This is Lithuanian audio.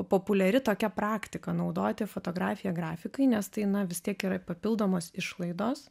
populiari tokia praktika naudoti fotografiją grafikai nes tai na vis tiek yra papildomos išlaidos